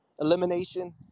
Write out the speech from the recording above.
elimination